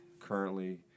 currently